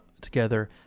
together